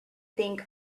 think